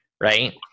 right